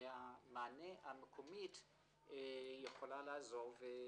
והמענה המקומי יכול לעזור.